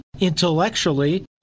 intellectually